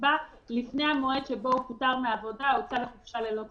הקצבה לפני המועד שבו הוא פוטר מעבודה או הוצא לחופשה ללא תשלום.